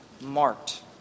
marked